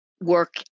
work